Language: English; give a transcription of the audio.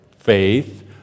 Faith